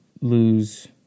lose